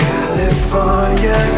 California